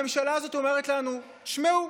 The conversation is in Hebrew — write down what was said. הממשלה הזאת אומרת לנו: תשמעו,